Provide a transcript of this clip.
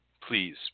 please